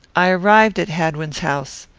i arrived at hadwin's house.